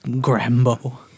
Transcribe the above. Grambo